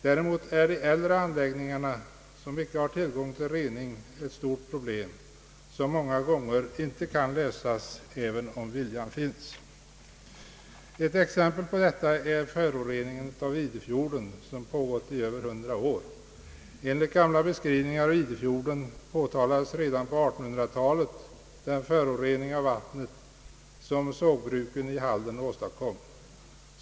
Däremot är de äldre anläggningarna, som icke har tillgång till rening, ett stort problem som många gånger inte kan lösas även om viljan finns. Ett exempel på detta är föroreningen av Idefjorden, som pågått i över 100 år. Enligt gamla beskrivningar av Idefjorden påtalades redan på 1800-talet den förorening av vattnet som sågverken i Halden åstadkom.